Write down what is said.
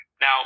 now